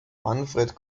manfred